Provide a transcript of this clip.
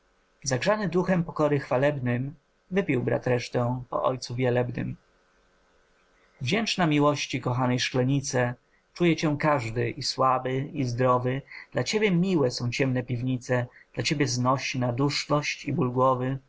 zagrzany duchem pokory chwalebnym wypił brat resztę po ojcu wielebnym wdzięczna miłości kochanej szklanice czuje cię każdy i słaby i zdrowy dla ciebie miłe są ciemne piwnice dla ciebie znośna duszność i ból głowy